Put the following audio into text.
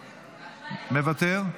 מוותר,